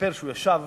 שסיפר שהוא ישב